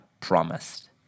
promised